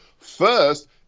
First